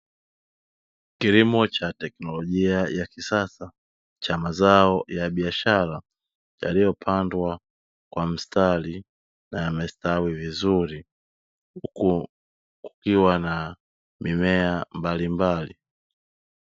Kilimo cha teknolojia ya kisasa cha mazao ya biashara yaliyopandwa kwa mstari yamestawi vizuri, huku kukiwa mimea mbalimbali.